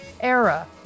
era